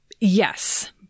yes